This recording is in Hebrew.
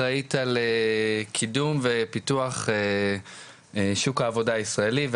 האחראית על קידום ופיתוח שוק העבודה הישראלי,